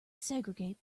segregate